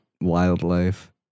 wildlife